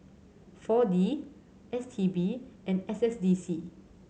Four D S T B and S S D C